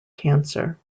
cancer